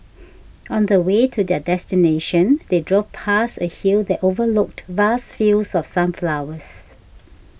on the way to their destination they drove past a hill that overlooked vast fields of sunflowers